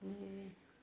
दिनै